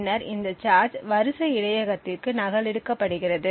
பின்னர் இந்த சார்ஜ் வரிசை இடையகத்திற்கு நகலெடுக்கப்படுகிறது